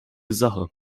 sache